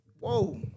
Whoa